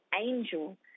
angel